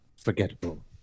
forgettable